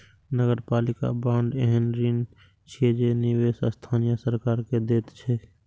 नगरपालिका बांड एहन ऋण छियै जे निवेशक स्थानीय सरकार कें दैत छैक